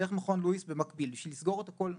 דרך מכון לואיס במקביל בשביל 'לסגור' את הכול מהר.